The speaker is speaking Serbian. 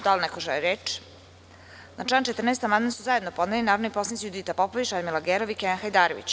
Da li neko želi reč?(Ne) Na član 14. amandman su zajedno podneli narodni poslanici Judita Popović, Radmila Gerov i Kenan Hajdarević.